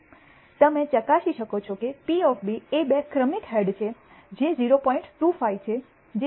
તમે ચકાસી શકો છો કે P એ બે ક્રમિક હેડ છે જે 0